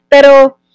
Pero